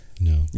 no